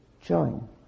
join